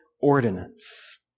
ordinance